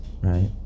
right